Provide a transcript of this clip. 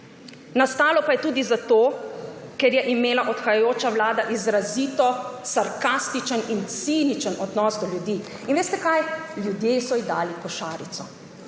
Nastalo pa je tudi zato, ker je imela odhajajoča vlada izrazito sarkastičen in ciničen odnos do ljudi. In veste kaj? Ljudje so ji dali košarico.